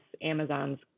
Amazon's